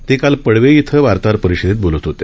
ते काल पडवे इथं वार्ताहर परिषदेत बोलत होते